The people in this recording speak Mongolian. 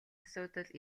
асуудал